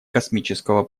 космического